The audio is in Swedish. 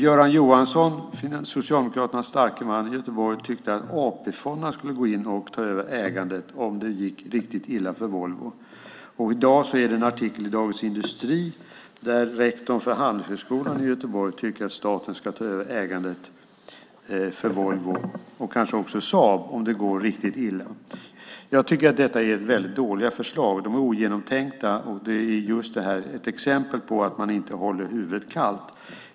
Göran Johansson, Socialdemokraternas starke man i Göteborg, tyckte att AP-fonderna skulle gå in och ta över ägandet om det gick riktigt illa för Volvo. I dag är det en artikel i Dagens Industri där rektorn för Handelshögskolan i Göteborg tycker att staten ska ta över ägandet av Volvo och kanske också Saab om det går riktigt illa. Jag tycker att det är väldigt dåliga förslag. De är ogenomtänkta och ett exempel på att man inte håller huvudet kallt.